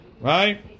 Right